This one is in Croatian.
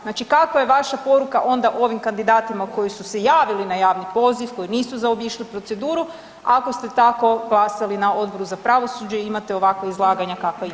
Znači, kakva je vaša poruka onda ovim kandidatima koji su se javili na javni poziv, koji nisu zaobišli proceduru, ako ste tako glasali na Odboru za pravosuđe i imate ovakva izlaganja kakva imate?